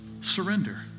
surrender